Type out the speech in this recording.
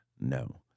no